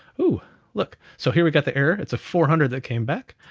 oh look, so here we got the error. it's a four hundred that came back,